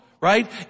right